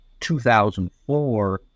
2004